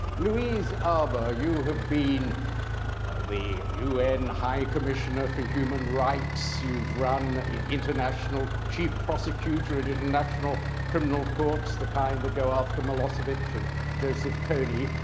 louise arbour, you have been the un high commissioner for human rights, you've run international chief prosecutor at international criminal courts, the kind go after milosevic and joseph kony.